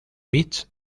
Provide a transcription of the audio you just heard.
bits